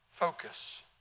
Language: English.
Focus